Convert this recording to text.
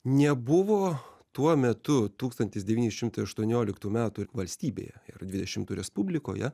nebuvo tuo metu tūkstantis devyni šimtai aštuonioliktų metų valstybėje ir dvidešimtų respublikoje